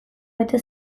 bete